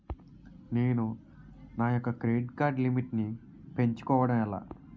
నేను నా యెక్క క్రెడిట్ కార్డ్ లిమిట్ నీ పెంచుకోవడం ఎలా?